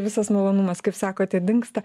visas malonumas kaip sakote dingsta